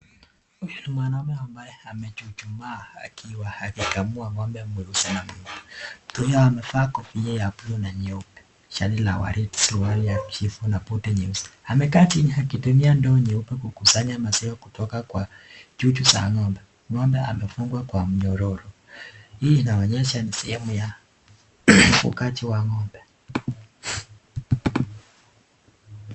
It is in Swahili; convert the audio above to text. Huyu ni mwanaume ambaye amechuchumaa akiwa akikamua ngombe. Huyu amevaa kofia ya bluu na nyeupe, shati ya kijani la waridi. Amekaa chini akitumia ndoo nyeupe kukusanya maziwa kutoka kwa chuchu za ngombe. Ngombe amefungwa kwa mnyororo. Hii inaonyesha ni sehemu ya ufugaji wa ngombe.